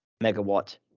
megawatt